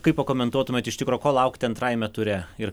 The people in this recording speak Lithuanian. kaip pakomentuotumėt iš tikro ko laukti antrajame ture ir